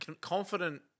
confident